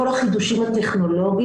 רק דעות יהיו בלי סוף אם לא יהיו החלטות.